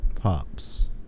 Pops